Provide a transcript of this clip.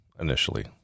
initially